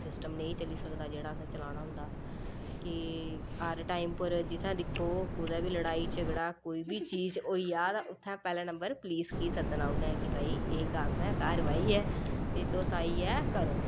system नेईं चली सकदा जेह्ड़ा असें चलाना होंदा कि हर टाइम पर जित्थै दिक्खो कुतै बी लड़ाई झगड़ा कोई बी चीज़ होई जा उत्थें पैह्लै नंबर पुलिस गी सद्दना उन्नै के भाई एह् कम्म ऐ कारवाई ऐ ते तुस आइयै करो